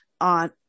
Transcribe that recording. on